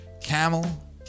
camel